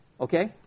okay